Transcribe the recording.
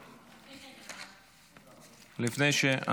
התשפ"ד 2024,